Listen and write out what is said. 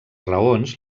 raons